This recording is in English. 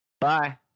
bye